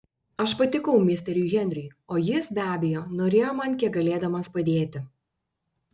aš patikau misteriui henriui o jis be abejo norėjo man kiek galėdamas padėti